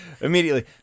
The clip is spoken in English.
Immediately